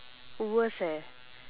worst eh